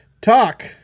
Talk